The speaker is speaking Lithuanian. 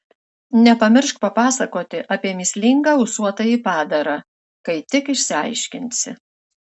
nepamiršk papasakoti apie mįslingą ūsuotąjį padarą kai tik išsiaiškinsi